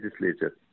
legislature